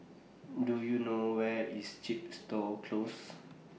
Do YOU know Where IS Chepstow Close